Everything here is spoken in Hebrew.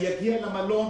הוא יגיע למלון.